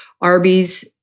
Arby's